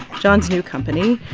jon's new company,